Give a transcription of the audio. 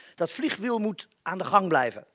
that flywheel must and um like